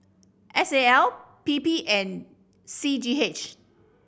S A L P P and C G H